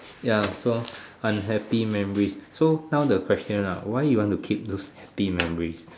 ya so unhappy memories so now the question ah why you want to keep the happy memories